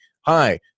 hi